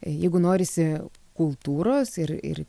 jeigu norisi kultūros ir ir